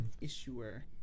Issuer